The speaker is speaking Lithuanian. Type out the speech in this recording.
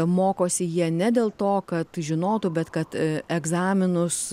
mokosi jie ne dėl to kad žinotų bet kad egzaminus